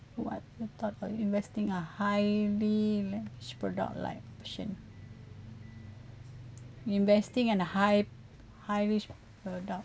what product are investing a highly risk product like option investing in a high high risk product